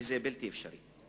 וזה בלתי אפשרי.